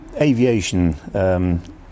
aviation